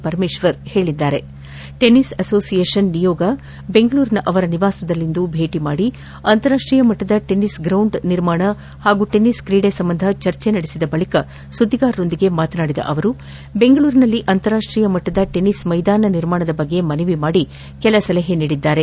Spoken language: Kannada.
ಪರಮೇಶ್ವರ್ ಹೇಳಿದ್ದಾರೆ ಚೆನಿಸ್ ಅಸೋಸಿಯೇಷನ್ ನಿಯೋಗ ಬೆಂಗಳೂರಿನ ಅವರ ನಿವಾಸದಲ್ಲಿಂದು ಭೇಟಿ ಮಾಡಿ ಅಂತಾರಾಷ್ಟೀಯ ಮಟ್ಟದ ಟೆನ್ನಿಸ್ ಗ್ರೆಂಡ್ ನಿರ್ಮಾಣ ಹಾಗೂ ಟೆನ್ನಿಸ್ ಕ್ರೀಡೆ ಸಂಬಂಧ ಚರ್ಚೆ ನಡೆಸಿದ ಬಳಿಕ ಸುದ್ದಿಗಾರರೊಂದಿಗೆ ಮಾತನಾಡಿದ ಅವರು ದೆಂಗಳೂರಿನಲ್ಲಿ ಅಂತಾರಾಷ್ಷೀಯ ಮಟ್ಟದ ಟೆನ್ನಿಸ್ ಮೈದಾನ ನಿರ್ಮಾಣದ ಬಗ್ಗೆ ಮನವಿ ಮಾಡಿ ಕೆಲ ಸಲಹೆ ನೀಡಿದ್ದಾರೆ